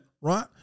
right